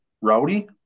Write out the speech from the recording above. Rowdy